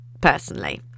personally